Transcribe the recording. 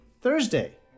Thursday